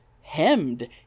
hemmed